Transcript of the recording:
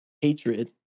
hatred